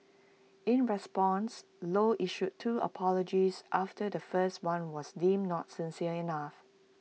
in response low issued two apologies after the first one was deemed not sincere enough